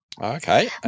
Okay